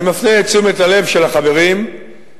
אני מפנה את תשומת הלב של החברים לכך